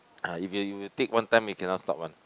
ah if you will take one time you cannot stop one